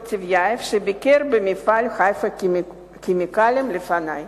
טיבייב שביקר במפעל "חיפה כימיקלים" לפני.